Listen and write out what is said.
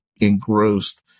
engrossed